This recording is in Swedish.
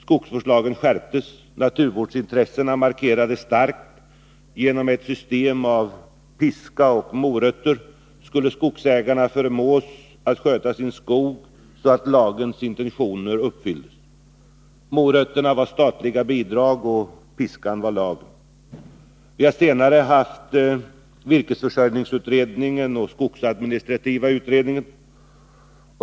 Skogsvårdslagen skärptes, naturvårdsintressena markerades starkt, och genom ett system med piska och morötter skulle skogsägarna förmås att sköta sin skog så att lagens intentioner uppfylldes. Morötterna var statliga bidrag och piskan var lagen. Vi har senare haft vireksförsörjningsutredningen och skogsadministrativa utredningen.